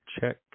check